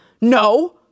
No